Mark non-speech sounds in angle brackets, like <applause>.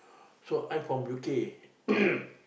so I'm from U_K <coughs>